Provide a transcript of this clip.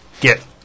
get